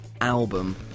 album